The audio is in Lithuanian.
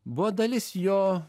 buvo dalis jo